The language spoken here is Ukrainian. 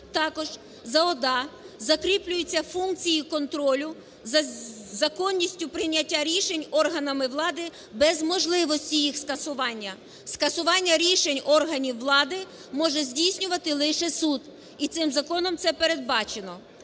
Також за ОДА закріплюються функції контролю за законністю прийняття рішень органами влади без можливості їх скасування. Скасування рішень органів влади може здійснювати лише суд, і цим законом це передбачено.